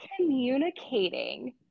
communicating